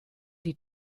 die